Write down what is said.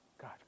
God